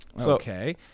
Okay